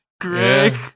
greg